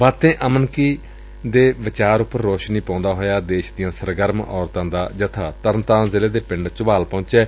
ਬਾਤੇ ਅਮਨ ਕੀ ਦੇ ਵਿਚਾਰਾਂ ਉਪਰ ਰੋਸ਼ਨੀ ਪਾਉਦਾ ਹੋਇਆ ਦੇਸ਼ ਦੀਆਂ ਸਰਗਰਮ ਔਰਤਾਂ ਦਾ ਜਬਾ ਤਰਨਤਾਰਨ ਜ਼ਿਲ੍ਹੇ ਦੇ ਪਿੰਡ ਝਬਾਲ ਪਹੁੰਚਿਆ